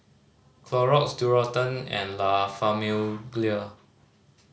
Clorox Dualtron and La Famiglia